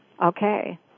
Okay